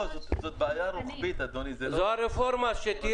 תודה רבה.